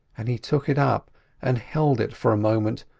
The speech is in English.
and he took it up and held it for a moment,